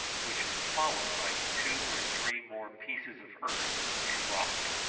which was followed by two or three more pieces of earth and rock.